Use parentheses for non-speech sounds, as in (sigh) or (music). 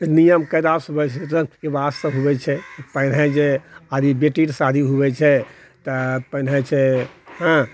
नियम कायदासँ (unintelligible) सँ हुवै छै विवाह सब हुवै छै जे आज बेटीकेँ शादी हुवै छै तऽ पहिने जे छै हाँ